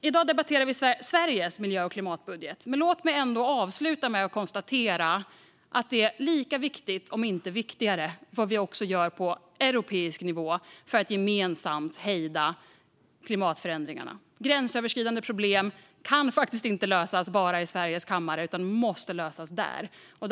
I dag debatterar vi Sveriges miljö och klimatbudget, men låt mig ändå avsluta med att konstatera att det är lika viktigt, om inte viktigare, vad vi gör på europeisk nivå för att gemensamt hejda klimatförändringarna. Gränsöverskridande problem kan faktiskt inte lösas bara i Sveriges riksdags kammare utan måste lösas på plats.